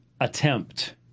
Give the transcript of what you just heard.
attempt